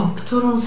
którą